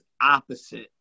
opposite